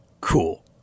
cool